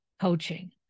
coaching